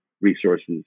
resources